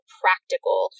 practical